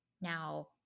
now